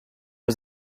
was